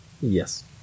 Yes